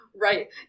Right